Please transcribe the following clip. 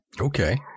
Okay